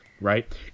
right